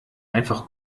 einfach